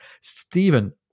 Stephen